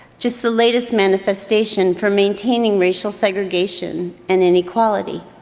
just the latest manifestation for maintaining racial segregation and inequality?